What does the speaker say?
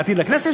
בעתיד לכנסת,